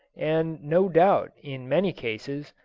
and no doubt, in many cases,